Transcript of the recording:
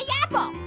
yeah apple!